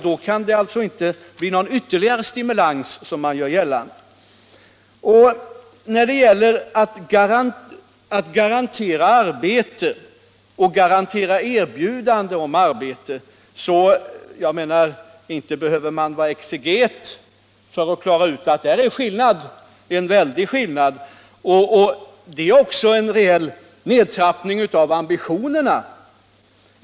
Då kan det ju inte bli en sådan ytterligare stimulans som man gör gällande. Man behöver inte vara exeget för att klara ut att det är en väldig skillnad mellan att garantera arbete och att garantera erbjudande om arbete. Det är en reell nedtrappning av ambitionerna.